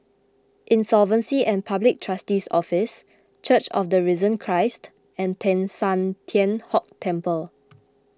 Insolvency and Public Trustee's Office Church of the Risen Christ and Teng San Tian Hock Temple